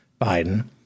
Biden